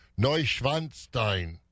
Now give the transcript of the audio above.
Neuschwanstein